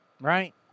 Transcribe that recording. Right